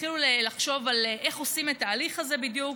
התחילו לחשוב על איך עושים את ההליך הזה בדיוק,